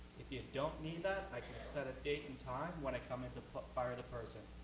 if you don't need that, i can set a date and time when i come in to fire the person.